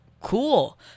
Cool